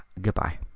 goodbye